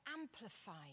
amplified